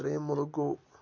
ترٛیٚیِم مُلک گوٚو